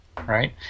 Right